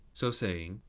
so saying,